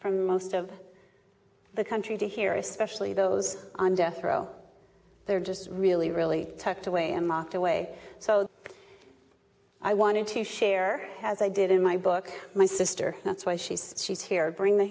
from most of the country to hear especially those on death row they're just really really tucked away and mocked away so i wanted to share as i did in my book my sister that's why she's she's here bring the